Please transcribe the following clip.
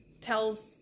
tells